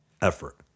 effort